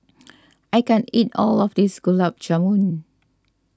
I can't eat all of this Gulab Jamun